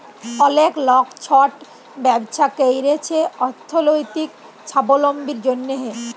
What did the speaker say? অলেক লক ছট ব্যবছা ক্যইরছে অথ্থলৈতিক ছাবলম্বীর জ্যনহে